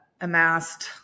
amassed